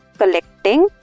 collecting